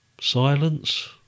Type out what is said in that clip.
Silence